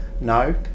No